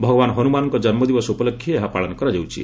ଭଗବାନ ହନୁମାନଙ୍କ ଜନ୍ମଦିବସ ଉପଲକ୍ଷେ ଏହା ପାଳନ କରାଯାଉଛି